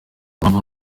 mpamvu